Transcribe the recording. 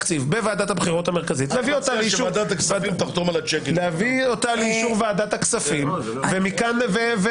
אין שום סיבה שיתנהל משא ומתן ביניכם לבין